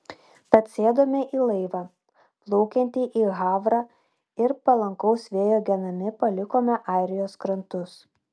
tad sėdome į laivą plaukiantį į havrą ir palankaus vėjo genami palikome airijos krantus